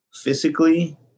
physically